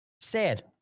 Sad